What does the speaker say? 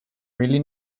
really